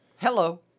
Hello